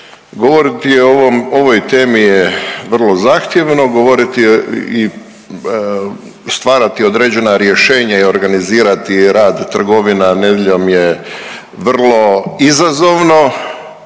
govoriti o ovoj temi je vrlo zahtjevno, govoriti i stvarati određena rješenja i organizirati rad trgovina nedjeljom je vrlo izazovno